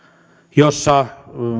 jossa